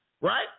Right